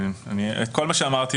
כל מה שאמרתי,